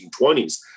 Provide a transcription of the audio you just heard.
1920s